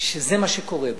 שזה מה שקורה בה.